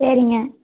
சரிங்க